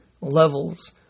levels